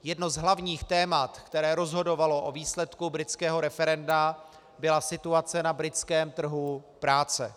Jedno z hlavních témat, které rozhodovalo o výsledku britského referenda, byla situace na britském trhu práce.